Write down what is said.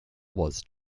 was